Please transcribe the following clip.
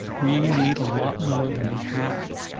we need a lot more than we have.